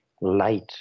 light